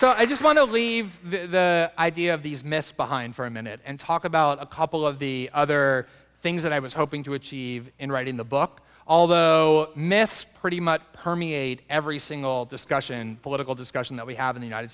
so i just want to leave idea of these myths behind for a minute and talk about a couple of the other things that i was hoping to achieve in writing the book all the myths pretty much permeate every single discussion political discussion that we have in the united